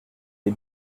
les